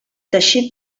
teixit